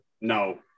no